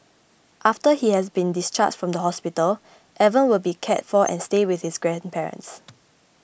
after he has been discharged from the hospital Evan will be cared for and stay with his grandparents